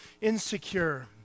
insecure